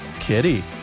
Kitty